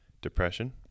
Depression